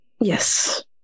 Yes